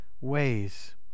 ways